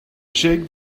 shake